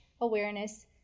awareness